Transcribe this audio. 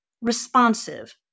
responsive